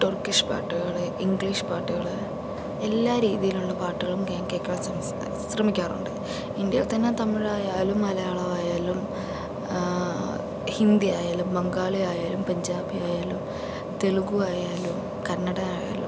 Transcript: Turkish പാട്ടുകൾ English പാട്ടുകൾ എല്ലാ രീതിയിലുള്ള പാട്ടുകളും ഞാൻ കേൾക്കാൻ ശ്രമിക്കാറുണ്ട് ഇന്ത്യയിൽ തന്നെ തമിഴ് ആയാലും മലയാളമായാലും ഹിന്ദി ആയാലും ബംഗാളി ആയാലും പഞ്ചാബി ആയാലും തെലുങ്കു ആയാലും കന്നഡ ആയാലും